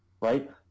right